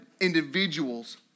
individuals